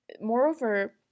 moreover